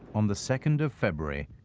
on the second of february,